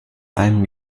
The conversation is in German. allem